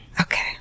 Okay